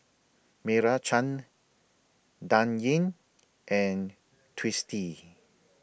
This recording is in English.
Meira Chand Dan Ying and Twisstii